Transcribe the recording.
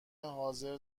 حاضر